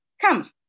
Come